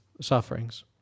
sufferings